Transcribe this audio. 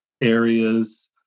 areas